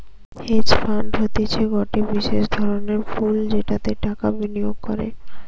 hedge fund হতিছে গটে বিশেষ ধরণের পুল যেটাতে টাকা বিনিয়োগ করে